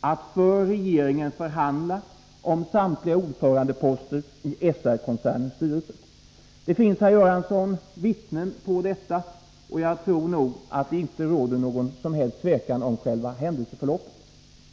att för regeringen förhandla om samtliga ordförandeposter i SR-koncernens styrelser. Det finns, herr Göransson, vittnen på detta, och jag tror inte att det råder någon som helst tvekan om själva händelseförloppet.